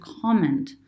comment